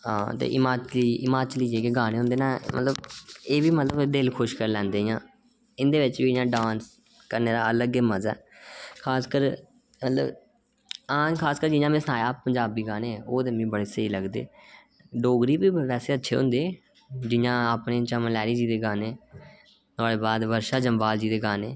ते हिमाचली जेह्ड़े गाने होंदे न एह् बी मतलब दिल खुश करी लैंदे न इं'दे बिच बी डांस करने दा अपना गै इक मज़ा ऐ खासकर जि'यां में सनाया हा मिगी पंजाबी गाने बड़े पसंद ऐ डोगरी बी वैसे अच्छे होंदे न जि'यां अपने चमन लैह्री उं'दे गाने ओह्दे बाद वर्षा जम्वाल हुंदे गाने